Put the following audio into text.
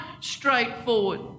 straightforward